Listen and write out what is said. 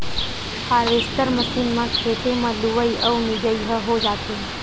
harvester machine म खेते म लुवई अउ मिजई ह हो जाथे